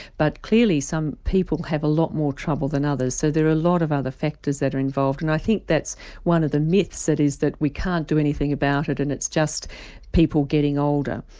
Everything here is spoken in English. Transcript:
but clearly some people have a lot more trouble than others so there are a lot of other factors that are involved and i think that's one of the myths that is that we can't do anything about it and it's just people getting older.